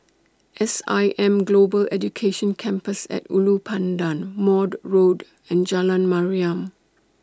S I M Global Education Campus At Ulu Pandan Maude Road and Jalan Mariam